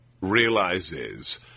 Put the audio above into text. realizes